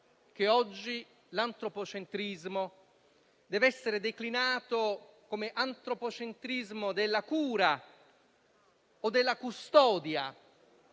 che, oggi, deve essere declinato come antropocentrismo della cura o della custodia.